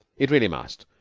it really must.